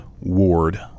Ward